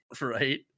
Right